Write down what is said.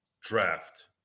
draft